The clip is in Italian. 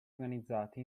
organizzati